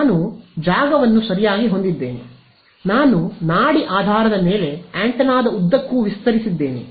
ನಾನು ಜಾಗವನ್ನು ಸರಿಯಾಗಿ ಹೊಂದಿದ್ದೇನೆ ನಾನು ನಾಡಿ ಆಧಾರದ ಮೇಲೆ ಆಂಟೆನಾದ ಉದ್ದಕ್ಕೂ ವಿಸ್ತರಿಸಿದ್ದೇನೆ